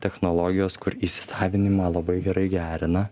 technologijos kur įsisavinimą labai gerai gerina